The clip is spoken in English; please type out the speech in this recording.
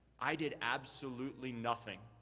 i did absolutely nothing.